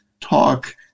talk